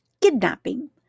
Kidnapping